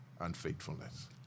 unfaithfulness